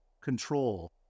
control